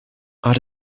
add